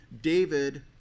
David